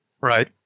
Right